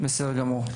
בסדר גמור.